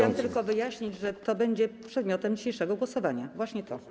Chciałam tylko wyjaśnić, że to będzie przedmiotem dzisiejszego głosowania, właśnie to.